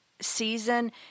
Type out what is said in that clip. season